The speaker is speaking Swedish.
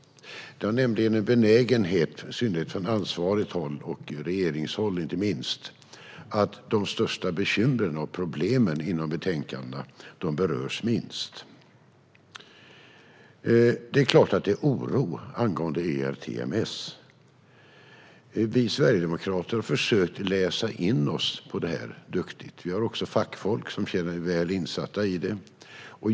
Det finns nämligen en benägenhet, i synnerhet från ansvarigt håll - regeringshåll inte minst - att beröra de största bekymren och problemen i betänkandena minst. Det är klart att det finns en oro angående ERTMS. Vi sverigedemokrater försökte läsa in oss duktigt på det här, och vi har också fackfolk som är väl insatta i det.